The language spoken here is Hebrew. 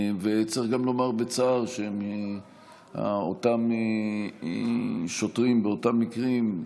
צריך גם לומר בצער שאותם שוטרים באותם מקרים,